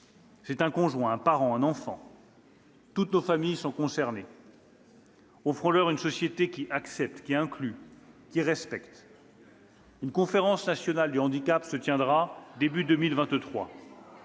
C'est un conjoint, un parent, un enfant : toutes nos familles sont concernées. Offrons-leur une société qui accepte, qui inclut, qui respecte. Une conférence nationale du handicap se tiendra au début de 2023.